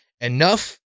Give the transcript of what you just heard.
enough